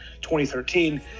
2013